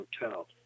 Hotel